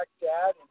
dad